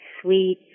sweet